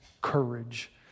courage